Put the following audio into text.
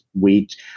wheat